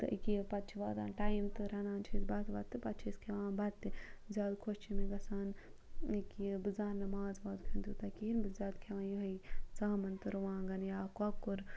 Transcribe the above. تہٕ أکیٛاہ یہِ پَتہٕ چھِ واتان ٹایم تہٕ رَنان چھِ أسۍ بَتہٕ وَتہٕ تہٕ پَتہٕ چھِ أسۍ کھٮ۪وان بَتہٕ تہِ زیادٕ خۄش چھِ مےٚ گژھان أکیٛاہ یہِ بہٕ زاننہٕ ماز واز کھیوٚن تیوٗتاہ کِہیٖنۍ بہٕ چھَس زیادٕ کھٮ۪وان یِہٕے ژامَن تہٕ رُوانٛگَن یا کۄکُر